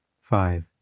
five